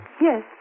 Yes